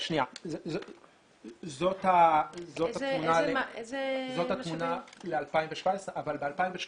זאת התמונה ל-2017 אבל ב-2018